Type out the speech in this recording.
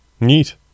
Neat